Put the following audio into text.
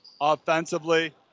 offensively